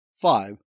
five